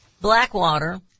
Blackwater